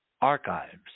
archives